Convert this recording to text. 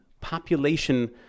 population